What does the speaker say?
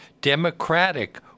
democratic